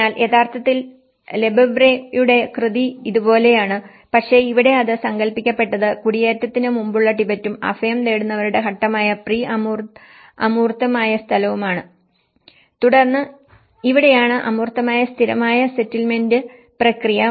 അതിനാൽ യഥാർത്ഥത്തിൽ ലെഫെബ്വ്രെLefebvre'sയുടെ കൃതി ഇതുപോലെയാണ് പക്ഷേ ഇവിടെ അത് സങ്കൽപ്പിക്കപ്പെട്ടത് കുടിയേറ്റത്തിന് മുമ്പുള്ള ടിബറ്റും അഭയം തേടുന്നവരുടെ ഘട്ടമായ പ്രീ അമൂർത്തമായ സ്ഥലവുമാണ് തുടർന്ന് ഇവിടെയാണ് അമൂർത്തമായ സ്ഥിരമായ സെറ്റിൽമെന്റ് പ്രക്രിയ